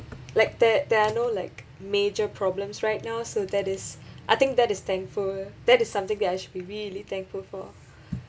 like that there are no like major problems right now so that is I think that is thankful that is something that I should be really thankful for